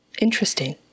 interesting